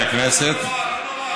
בפניכם,